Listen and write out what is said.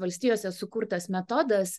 valstijose sukurtas metodas